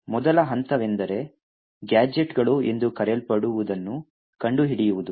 ಮೊದಲ ಹಂತವೆಂದರೆ ಗ್ಯಾಜೆಟ್ಗಳು ಎಂದು ಕರೆಯಲ್ಪಡುವದನ್ನು ಕಂಡುಹಿಡಿಯುವುದು